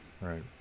Right